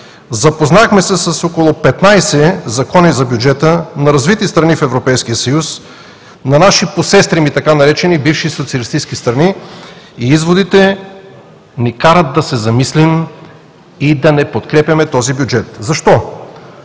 Запознахме се с около 15 закона за бюджета на развити страни в Европейския съюз, на наши посестрими – така наречени бивши социалистически страни, и изводите ни карат да се замислим и да не подкрепяме този бюджет. Защо?